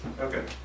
okay